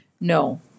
No